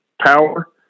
Power